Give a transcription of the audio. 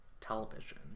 television